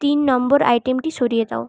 তিন নম্বর আইটেমটি সরিয়ে দাও